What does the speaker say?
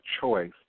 choice